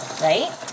right